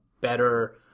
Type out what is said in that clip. better